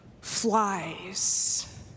flies